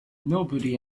nobody